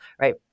Right